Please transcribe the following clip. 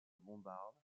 bombarde